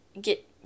get